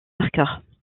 marqueurs